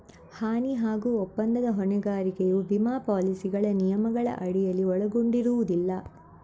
ಹಾನಿ ಹಾಗೂ ಒಪ್ಪಂದದ ಹೊಣೆಗಾರಿಕೆಯು ವಿಮಾ ಪಾಲಿಸಿಗಳ ನಿಯಮಗಳ ಅಡಿಯಲ್ಲಿ ಒಳಗೊಂಡಿರುವುದಿಲ್ಲ